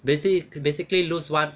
basi~ basically lose one